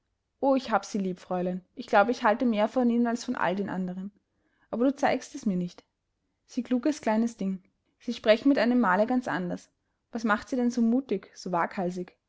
o ich habe sie lieb fräulein ich glaube ich halte mehr von ihnen als von all den anderen aber du zeigst es mir nicht sie kluges kleines ding sie sprechen mit einem male ganz anders was macht sie denn so mutig so waghalsig